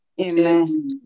Amen